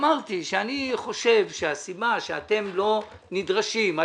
אמרתי שאני חושב שהסיבה שאתם לא נדרשים על